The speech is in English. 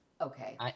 okay